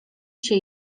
się